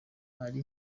ari